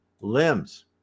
limbs